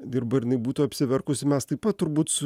dirba ir jinai būtų apsiverkusi mes taip pat turbūt su